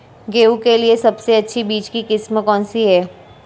गेहूँ के लिए सबसे अच्छी बीज की किस्म कौनसी है?